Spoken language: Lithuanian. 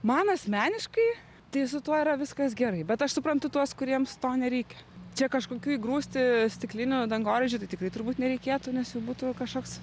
man asmeniškai tai su tuo yra viskas gerai bet aš suprantu tuos kuriems to nereikia čia kažkokių įgrūsti stiklinių dangoraižių tai tikrai turbūt nereikėtų nes jau būtų kašoks